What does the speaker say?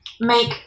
make